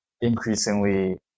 increasingly